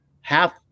half